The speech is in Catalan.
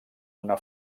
una